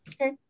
Okay